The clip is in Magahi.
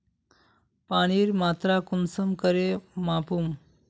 पानीर मात्रा कुंसम करे मापुम?